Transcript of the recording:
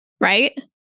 right